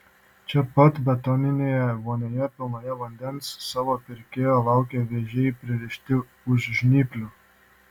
čia pat betoninėje vonioje pilnoje vandens savo pirkėjo laukia vėžiai pririšti už žnyplių